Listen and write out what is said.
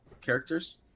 characters